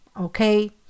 okay